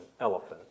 elephant